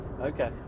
okay